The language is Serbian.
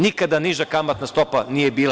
Nikada niža kamatna stopa nije bila.